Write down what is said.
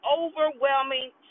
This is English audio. overwhelming